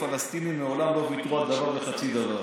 הפלסטינים מעולם ויתרו על דבר וחצי דבר.